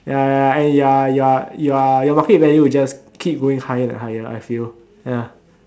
ya ya ya and you're you're you're your market value will just keep going higher and higher I feel ya